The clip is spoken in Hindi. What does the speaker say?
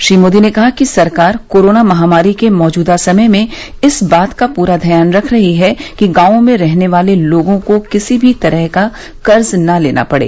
श्री मोदी ने कहा कि सरकार कोरोना महामारी के मौजूदा समय में इस बात का पूरा ध्यान रख रही है कि गांवों में रहने वाले लोगों को किसी भी तरह का कर्ज न लेना पड़े